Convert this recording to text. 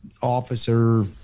officer